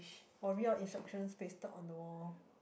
oh real instructions pasted on the wall